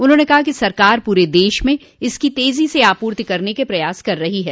उन्होंने कहा कि सरकार पूर देश में इसकी तेजी से आपूर्ति करने के प्रयास कर रही है